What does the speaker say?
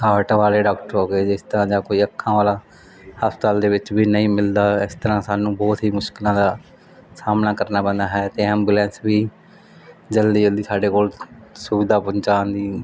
heart ਵਾਲੇ doctor ਹੋ ਗਏ ਜਿਸ ਤਰ੍ਹਾਂ ਕੋਈ ਅੱਖਾਂ ਵਾਲਾ ਹਸਪਤਾਲ ਦੇ ਵਿੱਚ ਵੀ ਨਹੀਂ ਮਿਲਦਾ ਇਸ ਤਰ੍ਹਾਂ ਸਾਨੂੰ ਬਹੁਤ ਹੀ ਮੁਸ਼ਕਿਲਾਂ ਦਾ ਸਾਹਮਣਾ ਕਰਨਾ ਪੈਂਦਾ ਹੈ ਅਤੇ ਐਬੂਲੈਂਸ ਵੀ ਜਲਦੀ ਜਲਦੀ ਸਾਡੇ ਕੋਲ ਸੁਵਿਧਾ ਪਹੁੰਚਾਉਣ ਦੀ